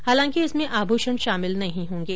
हालांकि इसमें आभूषण शामिल नहीं होंगे